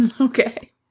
Okay